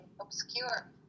obscure